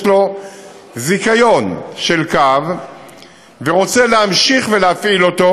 יש לו זיכיון של קו והוא רוצה להמשיך להפעיל אותו,